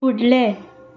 फुडलें